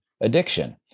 addiction